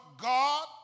God